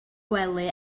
gwely